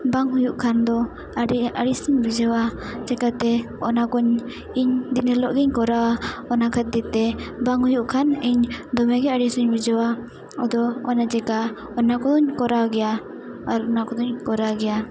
ᱵᱟᱝ ᱦᱩᱭᱩᱜ ᱠᱷᱟᱱ ᱫᱚ ᱟᱹᱰᱤ ᱟᱹᱲᱤᱥᱤᱧ ᱵᱩᱡᱷᱟᱹᱣᱟ ᱪᱮᱠᱟᱛᱮ ᱚᱱᱟ ᱠᱚᱧ ᱤᱧ ᱫᱤᱱ ᱦᱤᱞᱳᱜ ᱜᱮᱧ ᱠᱚᱨᱟᱣᱟ ᱚᱱᱟ ᱠᱷᱟᱹᱛᱤᱨ ᱛᱮ ᱵᱟᱝ ᱦᱩᱭᱩᱜ ᱠᱷᱟᱱ ᱤᱧ ᱫᱚᱢᱮ ᱜᱮ ᱟᱹᱲᱤᱥᱤᱧ ᱵᱩᱡᱷᱟᱹᱣᱟ ᱟᱫᱚ ᱚᱱᱟ ᱪᱮᱠᱟ ᱚᱱᱟ ᱠᱚᱫᱚᱧ ᱠᱚᱨᱟᱣ ᱜᱮᱭᱟ ᱟᱨ ᱚᱱᱟ ᱠᱚᱫᱚᱧ ᱠᱚᱨᱟᱣ ᱜᱮᱭᱟ